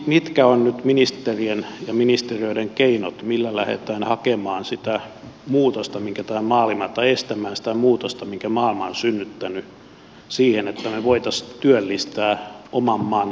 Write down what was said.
mitkä ovat nyt ministerien ja ministeriöiden keinot millä lähdetään estämään sitä muutosta minkä maailma on synnyttänyt siihen että me voisimme työllistää oman maan kansalaisia